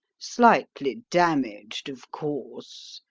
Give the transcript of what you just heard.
slightly damaged, of course.